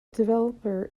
developer